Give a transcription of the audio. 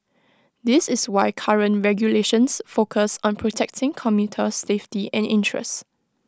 this is why current regulations focus on protecting commuter safety and interests